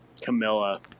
Camilla